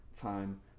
time